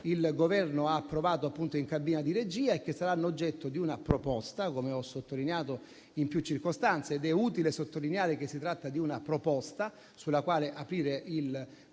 il Governo ha approvato in cabina di regia e che saranno oggetto di una proposta, come ho sottolineato in più circostanze. È utile ricordare che si tratta di una proposta sulla quale aprire il